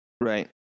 right